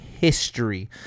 history